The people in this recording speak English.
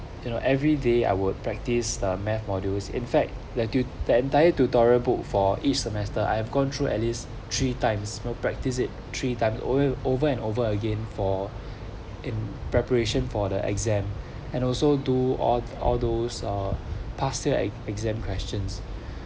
you know every day I would practice uh math modules in fact you tutor entire tutorial book for each semester I have gone through at least three times for practice it three times over over and over again for in preparation for the exam and also do all all those are past year exam questions